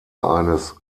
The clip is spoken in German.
eines